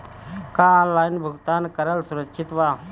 का ऑनलाइन भुगतान करल सुरक्षित बा?